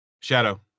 Shadow